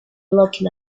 looking